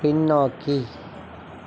பின்னோக்கி